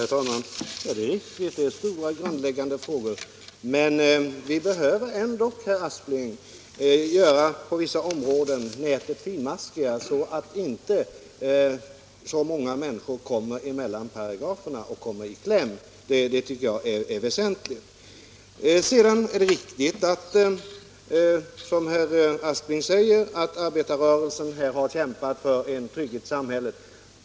Herr talman! Visst handlar socialpolitiken om stora och grundläggande frågor, men vi behöver ändå på vissa områden göra nätet finmaskigare. Som det nu är hamnar många människor mellan paragraferna. Det är naturligtvis riktigt när herr Aspling säger att arbetarrörelsen har kämpat för trygghet i samhället.